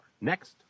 Next